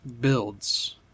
builds